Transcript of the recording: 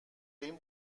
این